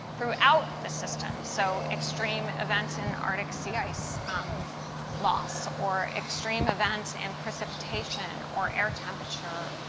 throughout the system. so extreme events in arctic sea ice loss or extreme events in precipitation or air temperature,